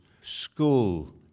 school